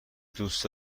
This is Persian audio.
دوست